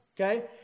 okay